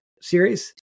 series